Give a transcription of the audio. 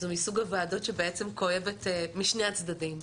זה מסוג הוועדות שבעצם כואבת משני הצדדים,